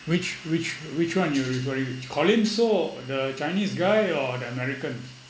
which which which one you're referring colin saw the chinese guy or the american